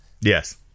Yes